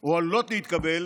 או עלולות להתקבל